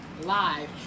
live